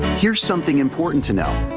here's something important to note.